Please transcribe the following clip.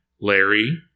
Larry